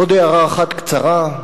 עוד הערה אחת קצרה: